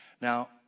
Now